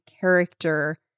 character